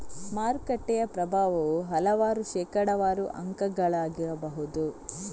ಮಾರುಕಟ್ಟೆಯ ಪ್ರಭಾವವು ಹಲವಾರು ಶೇಕಡಾವಾರು ಅಂಕಗಳಾಗಬಹುದು